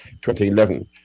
2011